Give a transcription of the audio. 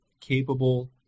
capable